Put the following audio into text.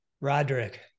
Roderick